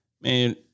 man